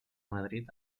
madrid